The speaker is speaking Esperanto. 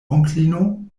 onklino